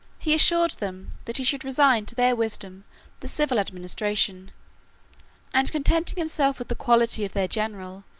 he assured them, that he should resign to their wisdom the civil administration and, contenting himself with the quality of their general,